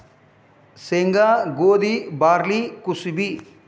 ಸೇಂಗಾ, ಗೋದಿ, ಬಾರ್ಲಿ ಕುಸಿಬಿ